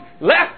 left